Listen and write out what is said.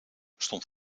stond